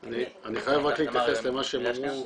אני חייב רק להתייחס למה שהם אמרו.